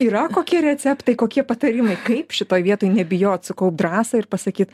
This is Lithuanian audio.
yra kokie receptai kokie patarimai kaip šitoj vietoj nebijot sukaupt drąsą ir pasakyt